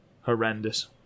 horrendous